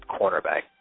cornerback